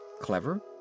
clever